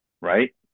right